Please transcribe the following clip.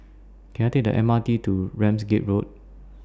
Can I Take The M R T to Ramsgate Road